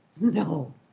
No